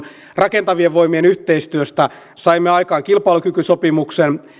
rakentavien voimien yhteistyöstä saimme aikaan kilpailukykysopimuksen